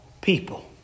people